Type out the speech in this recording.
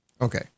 Okay